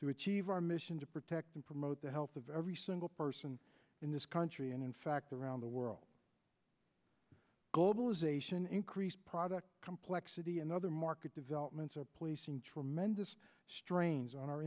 to achieve our mission to protect and promote the health of every single person in this country and in fact around the world globalization increased product complexity and other market developments are placing tremendous strains on our